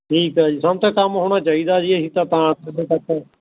ਠੀਕ ਆ ਜੀ ਸਾਨੂੰ ਤਾਂ ਕੰਮ ਹੋਣਾ ਚਾਹੀਦਾ ਜੀ ਅਸੀਂ ਤਾਂ ਤਾਂ ਕਿਸੇ ਤੱਕ